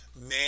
man